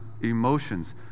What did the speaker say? emotions